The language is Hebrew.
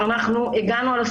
של מפקד התחנה.